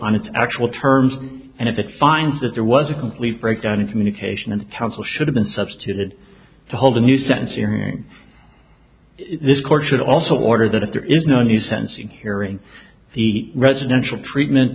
on its actual terms and if it finds that there was a complete breakdown in communication and counsel should have been substituted to hold a new sentence in this court should also order that if there is no new sensing hearing the residential treatment